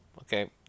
okay